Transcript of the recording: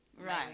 right